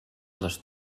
les